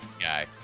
Guy